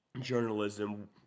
journalism